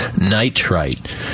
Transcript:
nitrite